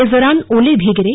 इस दौरान ओले भी गिरे